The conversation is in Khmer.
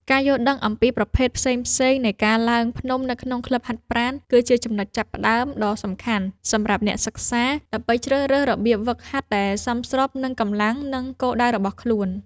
ការយល់ដឹងអំពីប្រភេទផ្សេងៗនៃការឡើងភ្នំនៅក្នុងក្លឹបហាត់ប្រាណ គឺជាចំណុចចាប់ផ្ដើមដ៏សំខាន់សម្រាប់អ្នកសិក្សា ដើម្បីជ្រើសរើសរបៀបហ្វឹកហាត់ដែលសមស្របនឹងកម្លាំង និងគោលដៅរបស់ខ្លួន។